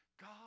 God